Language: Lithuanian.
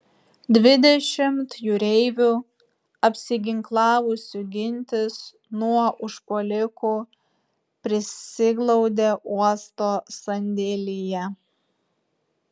dvidešimt jūreivių apsiginklavusių gintis nuo užpuolikų prisiglaudė uosto sandėlyje